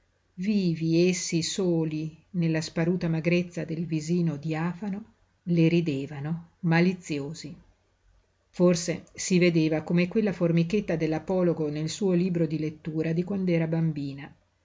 vivi essi soli nella sparuta magrezza del visino diafano le ridevano maliziosi forse si vedeva come quella formichetta dell'apologo nel suo libro di lettura di quand'era bambina